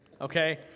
Okay